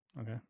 Okay